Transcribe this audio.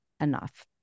enough